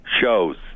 shows